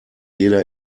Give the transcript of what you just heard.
jeder